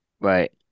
Right